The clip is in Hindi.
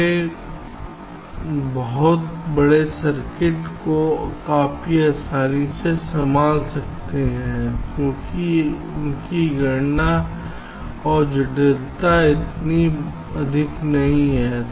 वे बहुत बड़े सर्किट को काफी आसानी से संभाल सकते हैं क्योंकि उनकी गणना और जटिलता इतनी अधिक नहीं है